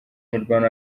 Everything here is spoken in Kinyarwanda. mirwano